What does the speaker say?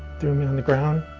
threw me on the ground,